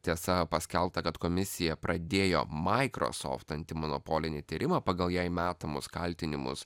tiesa paskelbta kad komisija pradėjo microsoft antimonopolinį tyrimą pagal jai metamus kaltinimus